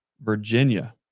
Virginia